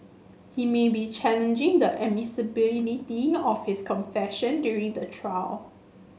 he may be challenging the admissibility of his confession during the trial